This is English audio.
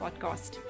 Podcast